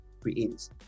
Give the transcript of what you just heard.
creates